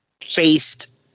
faced